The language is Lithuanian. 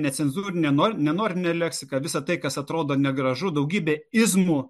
necenzūrinė nor nenorminė leksika visa tai kas atrodo negražu daugybė izmų